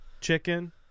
chicken